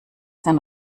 den